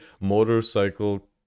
motorcycle